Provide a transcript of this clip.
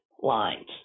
lines